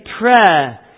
prayer